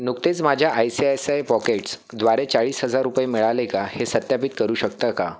नुकतेच माझ्या I C I C I pockets द्वारे चाळीस हजार रुपये मिळाले का हे सत्यापित करू शकता का